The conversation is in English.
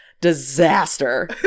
disaster